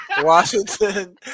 Washington